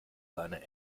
seine